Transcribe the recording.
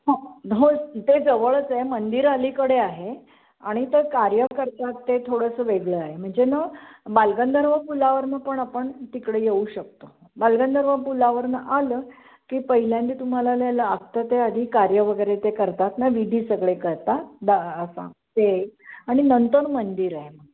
हो तिते जवळच आहे मंदिर अलीकडे आहे आणि तर कार्य करतात ते थोडंसं वेगळं आहे म्हणजे न बालगंधर्व पुलावरनं पण आपण तिकडे येऊ शकतो बालगंधर्व पुलावरनं आलं की पहिल्यांदा तुम्हाला ते आधी कार्य वगैरे ते करतात ना विधी सगळे करतात बा असं ते आणि नंतर मंदिर आहे मग